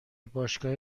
باشگاه